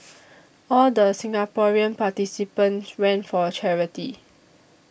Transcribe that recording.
all the Singaporean participants ran for charity